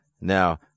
Now